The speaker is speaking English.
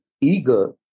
eager